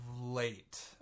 late